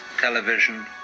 television